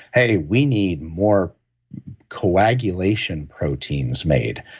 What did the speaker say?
hey, we need more coagulation proteins made.